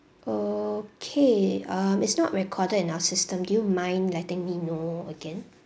okay um it's not recorded in our system do you mind letting me know again